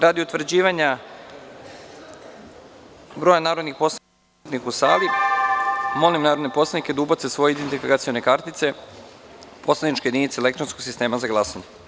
Radi utvrđivanja broja narodnih poslanika prisutnih u sali, molim narodne poslanike da ubace svoje identifikacione kartice u poslaničke jedinice elektronskog sistema za glasanje.